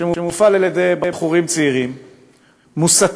שמופעל על-ידי בחורים צעירים מוסתים,